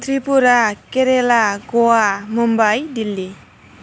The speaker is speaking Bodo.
त्रिपुरा केरेला ग'वा मुम्बाइ दिल्ली